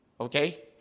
Okay